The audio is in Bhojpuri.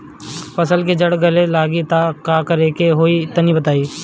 फसल के जड़ गले लागि त का करेके होई तनि बताई?